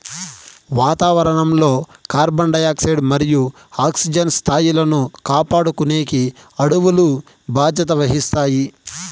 వాతావరణం లో carbon dioxide మరియు ఆక్సిజన్ స్థాయిలను కాపాడుకునేకి అడవులు బాధ్యత వహిస్తాయి